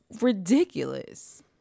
ridiculous